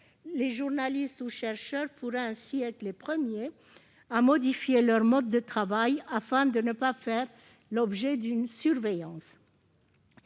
Les journalistes et les chercheurs pourraient être les premiers à modifier leur mode de travail, afin de ne pas faire l'objet d'une surveillance.